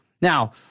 Now